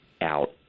out